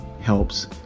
helps